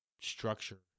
structure